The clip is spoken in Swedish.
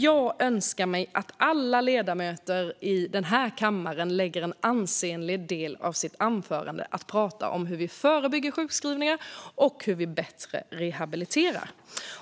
Jag önskar mig att alla ledamöter i kammaren lägger en ansenlig del av sitt anförande på att prata om hur vi ska förebygga sjukskrivningar och hur vi på bästa sätt ska rehabilitera.